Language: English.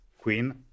queen